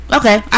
okay